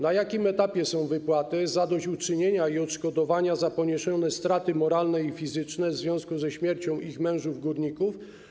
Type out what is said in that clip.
Na jakim etapie są wypłaty zadośćuczynienia i odszkodowania za poniesione straty moralne i fizyczne w związku ze śmiercią ich mężów górników?